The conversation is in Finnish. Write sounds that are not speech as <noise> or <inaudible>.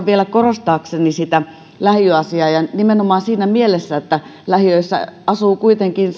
<unintelligible> vielä korostaakseni sitä lähiöasiaa ja nimenomaan siinä mielessä että lähiöt ovat kuitenkin <unintelligible>